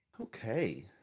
Okay